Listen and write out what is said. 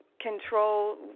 control